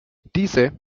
diese